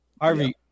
Harvey